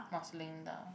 Maslinda